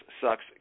sucks